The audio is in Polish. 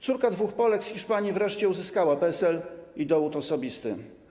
Córka dwóch Polek z Hiszpanii wreszcie uzyskała PESEL i dowód osobisty.